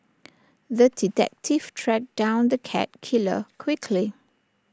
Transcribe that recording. the detective tracked down the cat killer quickly